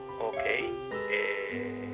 okay